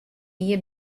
jier